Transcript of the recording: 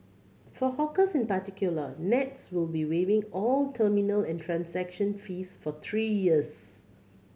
for hawkers in particular nets will be waiving all terminal and transaction fees for three years